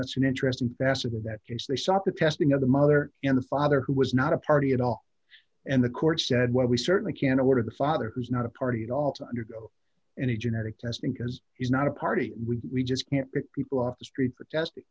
that's an interesting passage in that case they stopped the testing of the mother and father who was not a party at all and the court said well we certainly can't order the father who is not a party at all to undergo any genetic testing because he's not a party we just can't pick people off the street protesting